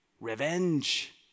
Revenge